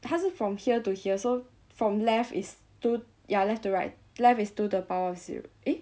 他是 from here to here so from left is two ya left to right left is two to the power of zero eh